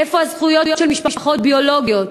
איפה הזכויות של משפחות ביולוגיות?